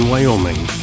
Wyoming